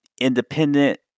independent